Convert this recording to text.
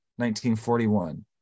1941